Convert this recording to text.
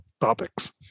topics